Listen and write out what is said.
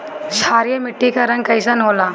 क्षारीय मीट्टी क रंग कइसन होला?